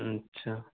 اچھا